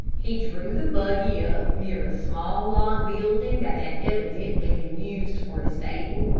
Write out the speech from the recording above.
he drew the buggy up near a small log building that had evidently been used for a stable,